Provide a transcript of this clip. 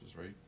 right